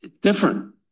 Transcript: different